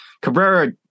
cabrera